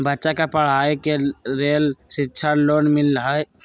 बच्चा के पढ़ाई के लेर शिक्षा लोन मिलहई?